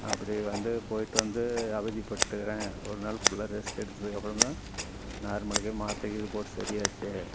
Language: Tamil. அப்படி வந்து போய்ட்டு வந்து அவதிப்பட்டிருக்கறேன் ஒரு நாள் ஃபுல்லாக ரெஸ்ட் எடுத்ததுக்கப்புறம் தான் நார்மலுக்கே மாத்திரை கீது போட்டு சரியாச்சு